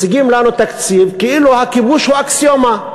מציגים לנו תקציב כאילו הכיבוש הוא אקסיומה,